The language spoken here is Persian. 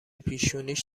پیشونیش